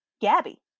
Gabby